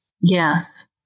yes